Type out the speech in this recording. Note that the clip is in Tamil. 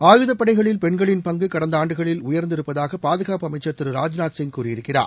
ஆயுதப்படைகளில் பெண்களின் பங்கு கடந்த ஆண்டுகளில் உயர்ந்திருப்பதாக பாதுகாப்பு அமைச்சர் திரு ராஜ்நாத் சிங் கூறியிருக்கிறார்